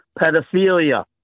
pedophilia